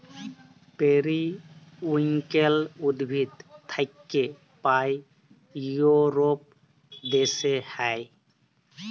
periwinkle উদ্ভিদ থাক্যে পায় ইউরোপ দ্যাশে হ্যয়